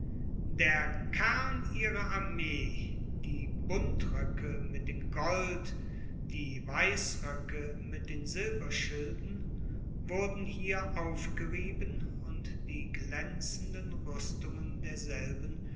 der kern ihrer armee die buntroecke mit den gold die weissroecke mit den silberschilden wurden hier aufgerieben und die glaenzenden ruestungen derselben